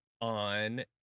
on